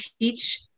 teach